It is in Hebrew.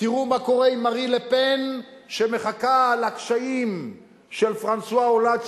תראו מה קורה עם מארי לה-פן שמחכה לקשיים של פרנסואה הולנד,